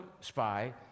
spy